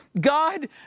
God